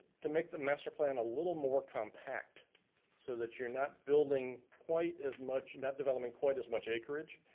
to make the master plan a little more compact so that you're not building quite as much, not developing quite as much acreage.